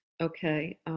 Okay